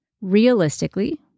realistically